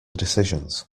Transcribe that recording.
decisions